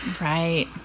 right